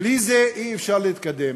בלי זה אי-אפשר להתקדם